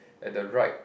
at the right